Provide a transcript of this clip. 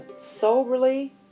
soberly